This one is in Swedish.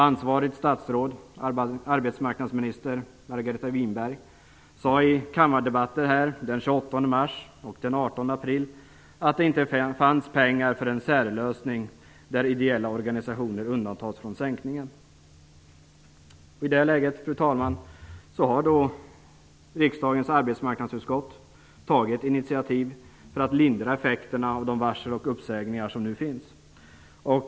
Ansvarig minister, arbetsmarknadsminister Margareta Winberg, sade i kammardebatter här den 28 mars och den 18 april att det inte fanns pengar till en särlösning där ideella organisationer skulle undantas från sänkningen. I det läget har riksdagens arbetsmarknadsutskott tagit ett initiativ för att lindra effekterna av de varsel och uppsägningar som nu finns.